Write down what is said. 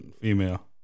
female